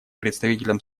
представителем